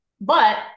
But-